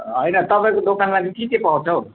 होइन तपाईँको दोकानमा चाहिँ के के पाउँछ हौ